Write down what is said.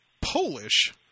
Polish